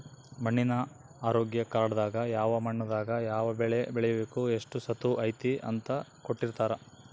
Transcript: ಮಣ್ಣಿನ ಆರೋಗ್ಯ ಕಾರ್ಡ್ ದಾಗ ಯಾವ ಮಣ್ಣು ದಾಗ ಯಾವ ಬೆಳೆ ಬೆಳಿಬೆಕು ಎಷ್ಟು ಸತುವ್ ಐತಿ ಅಂತ ಕೋಟ್ಟಿರ್ತಾರಾ